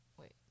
wait